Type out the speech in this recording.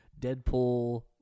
Deadpool